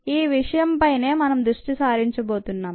ఈ విషయంపైనే మనం దృష్టి సారించబోతున్నాం